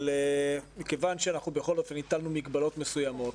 אבל מכיוון שבכל אופן הטלנו מגבלות מסוימות,